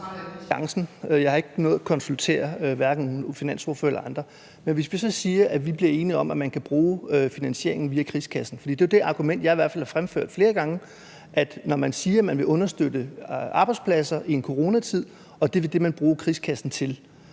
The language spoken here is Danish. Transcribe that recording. Jeg har ikke nået at konsultere finansordførere eller andre, men hvis vi så siger, at vi bliver enige om, at man kan finde finansieringen via krigskassen, for det er jo det argument, jeg i hvert fald har fremført flere gange: Når man siger, at man vil understøtte arbejdspladser i en coronatid og det er det, man vil bruge krigskassen til,